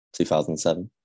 2007